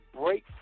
break